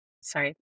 Sorry